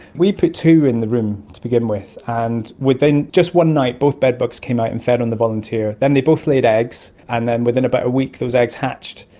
we put two in the room to begin with, and within just one night both bedbugs came out and fed on the volunteer, then they both laid eggs, and then within about a week those eggs hatched.